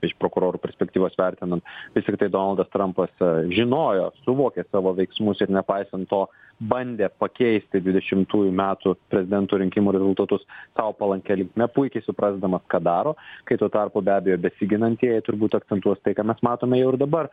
iš prokurorų perspektyvos vertinant vis tiktai donaldas trampas žinojo suvokė savo veiksmus ir nepaisant to bandė pakeisti dvidešimtųjų metų prezidento rinkimų rezultatus sau palankia linkme puikiai suprasdamas ką daro kai tuo tarpu be abejo besiginantieji turbūt akcentuos tai ką mes matome jau ir dabar